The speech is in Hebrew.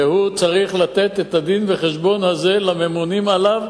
והוא צריך לתת את הדין-וחשבון הזה לממונים עליו,